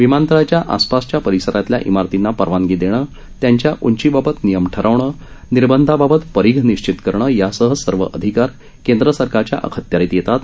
विमानतळाच्या आसपासच्या परिसरातल्या इमारतींना परवानगी देणं त्यांच्या उंची बाबत नियम ठरवणं निर्बंधाबाबत परिघ निश्चित करणं यासह सर्व अधिकार केंद्र सरकारच्या अखत्यारित येतात